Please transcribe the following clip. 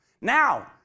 Now